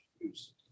use